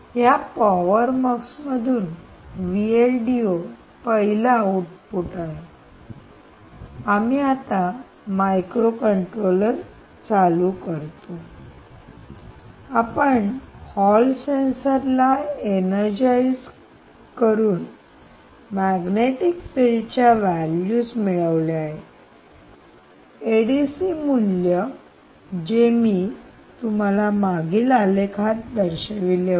या power mux मधून पहिल आऊटपुट आहे आम्ही आता मायक्रोकंट्रोलर चालू करतो आणि आपण हॉल सेन्सरला इनरजाईज करून मॅग्नेटिक फिल्ड च्या व्हॅल्यूज मिळवल्या आहेत एडीसी मूल्य जे मी तुम्हाला मागील आलेखात दर्शविले होते